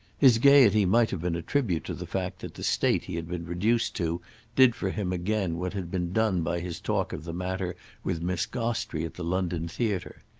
his gaiety might have been a tribute to the fact that the state he had been reduced to did for him again what had been done by his talk of the matter with miss gostrey at the london theatre.